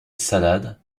salade